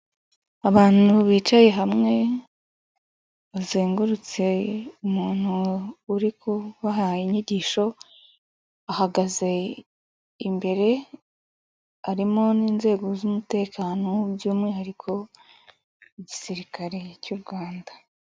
Abantu bicaye hamwe, bazengurutse umuntu uri kubaha inyigisho, ahagaze imbere, harimo n'inzego z'umutekano by'umwihariko, igisirikare cy'u Rwanda.